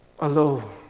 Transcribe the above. alone